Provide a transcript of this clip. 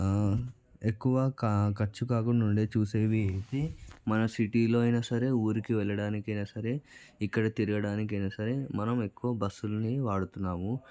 ఎక్కువ క ఖర్చు కాకుండా ఉండే చూసేవి ఏంటి మన సిటీలో అయినా సరే ఊరికి వెళ్ళడానికి అయినా సరే ఇక్కడ తిరగడానికైనా సరే మనం ఎక్కువ బస్సులని వాడుతున్నాము